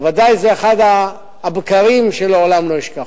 וזה בוודאי אחד הבקרים שלעולם לא אשכח.